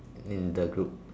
in the group